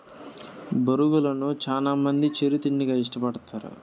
బొరుగులను చానా మంది చిరు తిండిగా ఇష్టపడతారు